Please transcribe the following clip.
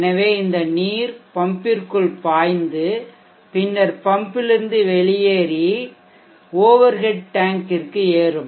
எனவே இந்த நீர் பம்பிற்குள் பாய்ந்து பின்னர் பம்பிலிருந்து வெளியே ஓவர் ஹெட் டேன்க்கிற்க்கு ஏறும்